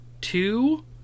two